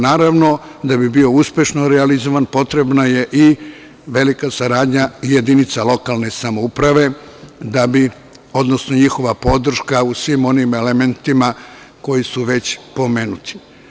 Naravno, da bi bio uspešno realizovan, potrebna je i velika saradnja jedinica lokalne samouprave, odnosno njihova podrška u svim onim elementima koji su već pomenuti.